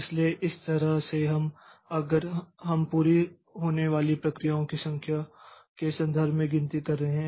इसलिए इस तरह से हम अगर हम पूरी होने वाली प्रक्रियाओं की संख्या के संदर्भ में गिनती कर रहे हैं